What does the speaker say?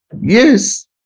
Yes